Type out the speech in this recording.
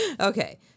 Okay